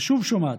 ושוב שומעת: